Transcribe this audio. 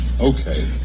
Okay